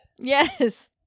Yes